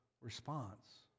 response